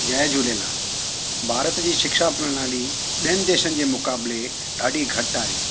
जय झूलेलाल भारत जी शिक्षा प्रणाली ॿियनि देशनि जे मुकाबले ॾाढी घटि आहे